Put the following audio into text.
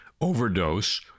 overdose